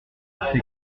affecté